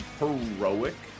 heroic